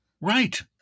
right